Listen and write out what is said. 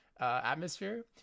atmosphere